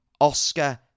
Oscar